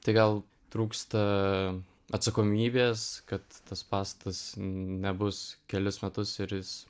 tai gal trūksta atsakomybės kad tas pastatas nebus kelis metus ir jis